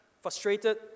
frustrated